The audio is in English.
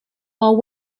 while